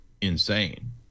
insane